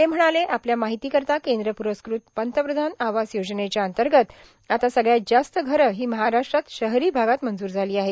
ते म्हणाले आपल्या माहिती करिता केंद्र पुरस्कृत पंतप्रधान आवास योजनेच्या अंतर्गत आता सगळ्यात जास्त घरं ही महाराष्ट्रात शहरी भागात मंजूर झाली आहेत